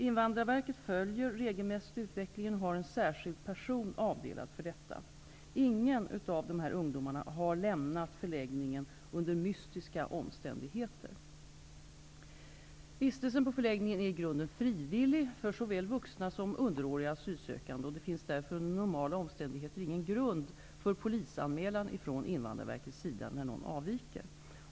Invandrarverket följer regelmässigt utvecklingen och har en särskild person avdelad för detta. Ingen av dessa ungdomar har lämnat förläggningen under mystiska omständigheter. Vistelsen på förläggning är i grunden frivillig för såväl vuxna som underåriga asylsökande, och det finns därför under normala omständigheter ingen grund för polisanmälan från Invandrarverkets sida när någon avviker.